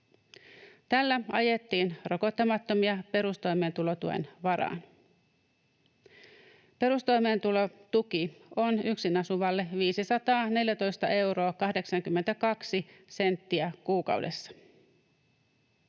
Tällä ajettiin rokottamattomia perustoimeentulotuen varaan. Perustoimeentulotuki on yksin asuvalle 514 euroa 82 senttiä kuukaudessa,